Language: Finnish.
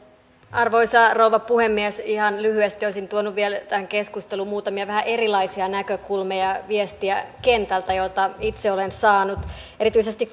arvoisa rouva puhemies ihan lyhyesti olisin tuonut vielä tähän keskusteluun muutamia vähän erilaisia näkökulmia viestejä joita itse olen saanut kentältä erityisesti